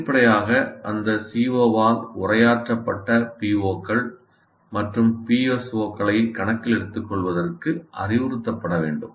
வெளிப்படையாக அந்த CO ஆல் உரையாற்றப்பட்ட PO கள் மற்றும் PSO களை கணக்கில் எடுத்துக்கொள்வதற்கு அறிவுறுத்தப்பட வேண்டும்